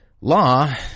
law